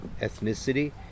ethnicity